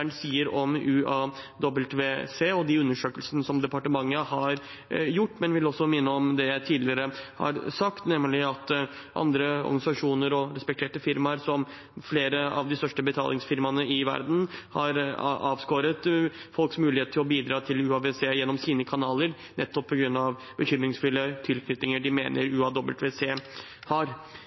sier om UAWC, og de undersøkelsene som departementet har gjort, men jeg vil også minne om det jeg tidligere har sagt, nemlig at andre organisasjoner og respekterte firmaer, som flere av de største betalingsfirmaene i verden, har avskåret folks mulighet til å bidra til UAWC gjennom sine kanaler nettopp på grunn av bekymringsfulle tilknytninger de mener